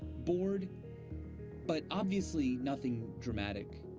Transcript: bored but obviously nothing dramatic.